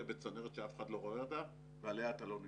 בצנרת שאף אחד לא רואה אותה ועליה אתה לא נבחר.